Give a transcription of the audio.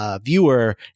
viewer